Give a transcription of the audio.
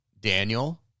daniel